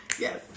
Yes